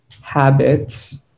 Habits